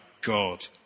God